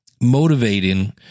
motivating